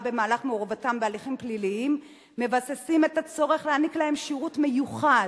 במהלך מעורבותם בהליכים פליליים מבססים את הצורך להעניק להם שירות מיוחד,